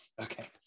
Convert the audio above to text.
okay